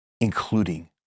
including